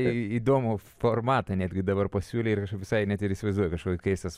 įdomų formatą netgi dabar pasiūlei ir aš visai net įsivaizduoju kažkoks keistas